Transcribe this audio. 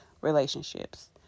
relationships